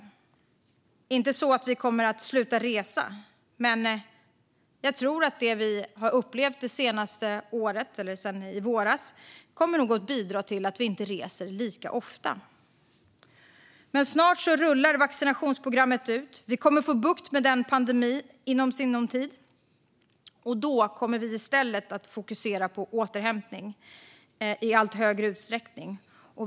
Det är inte så att vi kommer att sluta resa, men jag tror att det vi har upplevt sedan i våras kommer att bidra till att vi inte kommer att resa lika ofta. Snart rullar vaccinationsprogrammet ut, och vi kommer att få bukt med pandemin inom sinom tid. Då kommer vi i allt högre utsträckning att fokusera på återhämtning.